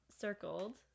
circled